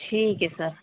ٹھیک ہے سر